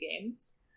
games